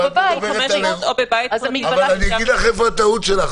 500 או בבית פרטי --- אני אגיד לך איפה הטעות שלך,